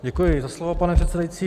Děkuji za slovo, pane předsedající.